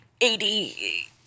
eighty